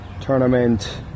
tournament